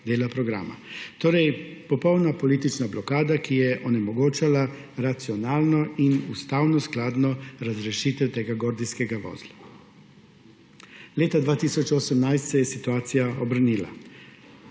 dela programa. Torej popolna politična blokada, ki je onemogočala racionalno in ustavnoskladno razrešitev tega gordijskega vozla. Leta 2018 se je situacija obrnila,